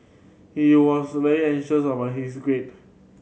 he was very anxious about his grade